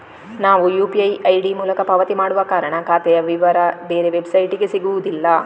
ನಾವು UPI ID ಮೂಲಕ ಪಾವತಿ ಮಾಡುವ ಕಾರಣ ಖಾತೆಯ ವಿವರ ಬೇರೆ ವೆಬ್ಸೈಟಿಗೆ ಸಿಗುದಿಲ್ಲ